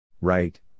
Right